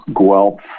Guelph